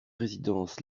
résidence